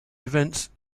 events